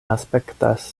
aspektas